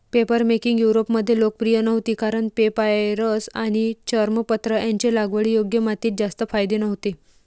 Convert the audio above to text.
papermaking युरोपमध्ये लोकप्रिय नव्हती कारण पेपायरस आणि चर्मपत्र यांचे लागवडीयोग्य मातीत जास्त फायदे नव्हते